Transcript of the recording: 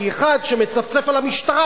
כי אחד שמצפצף על המשטרה,